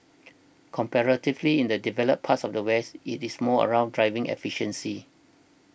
comparatively in the developed parts of the West it's more around driving efficiency